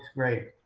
right,